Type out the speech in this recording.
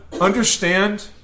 understand